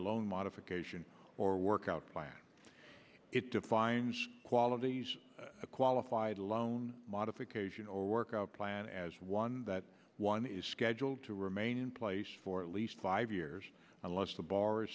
loan modification or workout plan it defines qualities of a qualified loan modification or workout plan as one one is scheduled to remain in place for at least five years unless the bar